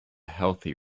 healthy